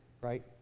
right